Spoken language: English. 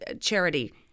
charity